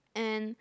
and